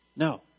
No